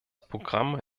programm